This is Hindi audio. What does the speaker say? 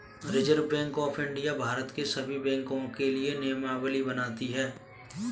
reserve bank of India Bharat के सभी बैंकों के लिए नियमावली बनाती है